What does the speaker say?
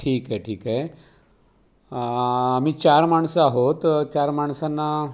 ठीक आहे ठीक आहे आम्ही चार माणसं आहोत चार माणसांना